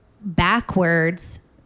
backwards